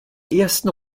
ersten